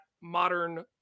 modern